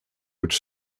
which